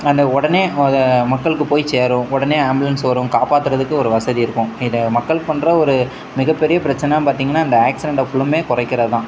and உடனே அதை மக்களுக்கு போய் சேரும் உடனே ஆம்புலன்ஸ் வரும் காப்பாற்றுறதுக்கு ஒரு வசதி இருக்கும் இதை மக்கள் பண்ணுற ஒரு மிக பெரிய பிரச்சனை பார்த்தீங்கனா இந்த ஆக்சிடெண்ட்டை ஃபுல்லும் குறைக்கிறைதான்